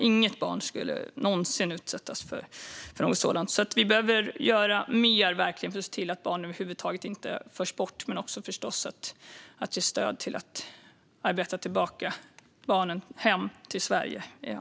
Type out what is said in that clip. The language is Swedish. Inget barn borde någonsin utsättas för något sådant. Vi behöver verkligen göra mer för att se till att barn över huvud taget inte förs bort, men också förstås för att ge stöd åt att arbeta barnen tillbaka hem till Sverige igen.